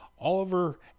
Oliver